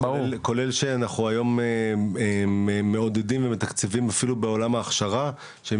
כולל שאנחנו היום מעודדים ומתקצבים אפילו בעולם ההכשרה שהם